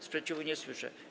Sprzeciwu nie słyszę.